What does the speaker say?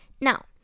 now